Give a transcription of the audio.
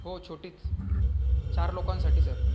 हो छोटीच चार लोकांसाठी सर